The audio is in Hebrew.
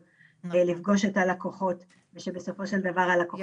לפגוש את הלקוחות ושבסופו של דבר הלקוחות.